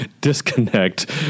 disconnect